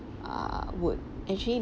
err would actually